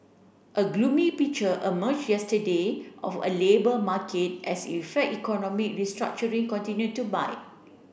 a gloomy picture emerge yesterday of a labour market as effect economy restructuring continue to bite